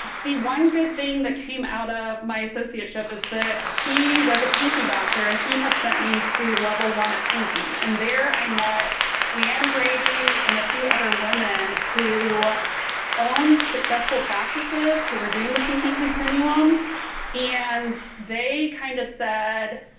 the one good thing that came out of my associateship is that he was a panky doctor and he had sent me to level one at panky and there i met leann brady and a few other women who owned successful practices who are doing the panky continuum and they kind of said